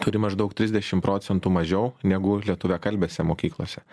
turi maždaug trisdešim procentų mažiau negu lietuviakalbėse mokyklose